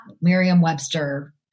Merriam-Webster